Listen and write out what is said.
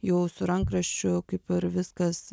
jau su rankraščiu kaip ir viskas